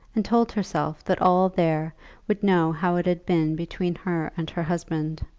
and told herself that all there would know how it had been between her and her husband.